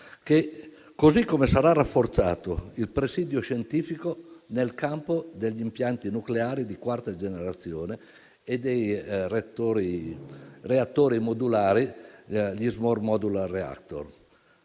così come sarà rafforzato il presidio scientifico nel campo degli impianti nucleari di quarta generazione e dei reattori modulari, gli *small modular reactor*.